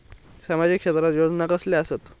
सामाजिक क्षेत्रात योजना कसले असतत?